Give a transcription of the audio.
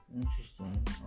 Interesting